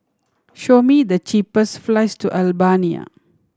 show me the cheapest flights to Albania